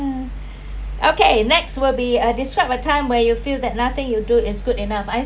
okay next will be uh describe a time where you feel that nothing you do is good enough